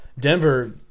Denver